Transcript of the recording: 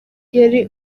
yari